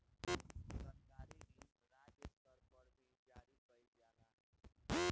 सरकारी ऋण राज्य स्तर पर भी जारी कईल जाला